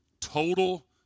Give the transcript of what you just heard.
total